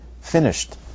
finished